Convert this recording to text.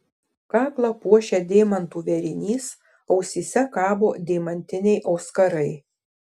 kaklą puošia deimantų vėrinys ausyse kabo deimantiniai auskarai